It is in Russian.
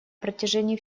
протяжении